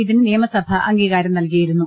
ഇതിന് നിയമസഭ അംഗീകാരം നൽകിയിരുന്നു